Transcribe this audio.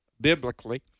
biblically